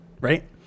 right